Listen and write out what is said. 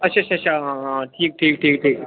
अच्छा अच्छा अच्छा हां हां ठीक ठीक ठीक ठीक